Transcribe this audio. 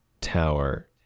tower